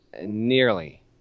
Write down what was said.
nearly